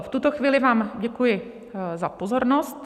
V tuto chvíli vám děkuji za pozornost.